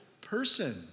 person